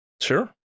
Sure